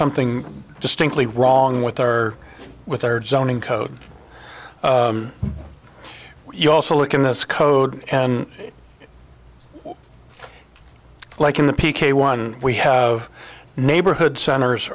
something distinctly wrong with our with our zoning code you also look in this code and like in the p k one we have neighborhood centers